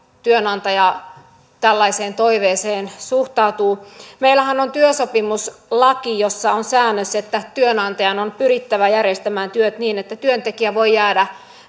työnantaja tällaiseen toiveeseen suhtautuu meillähän on työsopimuslaki jossa on säännös että työnantajan on pyrittävä järjestämään työt niin että työntekijä voi jäädä